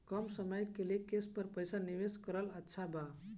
कम समय के लिए केस पर पईसा निवेश करल अच्छा बा?